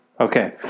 Okay